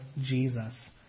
Jesus